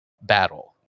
battle